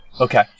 Okay